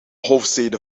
hoofdsteden